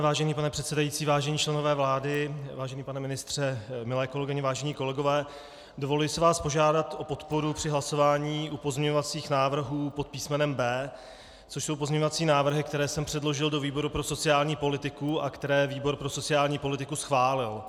Vážený pane předsedající, vážení členové vlády, vážený pane ministře, milé kolegyně, vážení kolegové, dovoluji si vás požádat o podporu při hlasování u pozměňovacích návrhů pod písmenem B, což jsou pozměňovací návrhy, které jsem předložil do výboru pro sociální politiku a které výbor pro sociální politiku schválil.